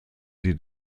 sie